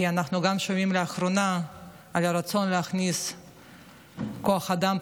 כי אנחנו גם שומעים לאחרונה על הרצון להכניס כוח אדם,